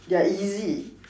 they're easy